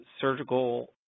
surgical